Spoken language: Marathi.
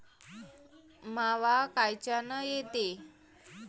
मावा कायच्यानं येते?